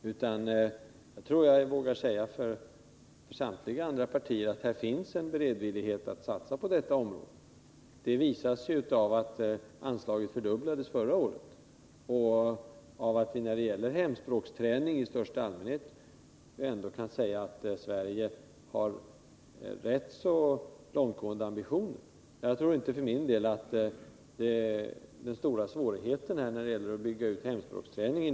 Jag tror att jag vågar säga, även för samtliga andra partiers räkning, att det finns en bredvillighet att satsa på detta område. Det visas ju av att anslaget fördubblades förra året och av att vi här i Sverige när det gäller hemspråksträning i största allmänhet har rätt långtgående ambitioner. Jag tror inte att statsbidraget är det stora problemet när det gäller att bygga ut hemspråksträningen.